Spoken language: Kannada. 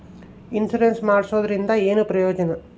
ಇನ್ಸುರೆನ್ಸ್ ಮಾಡ್ಸೋದರಿಂದ ಏನು ಪ್ರಯೋಜನ?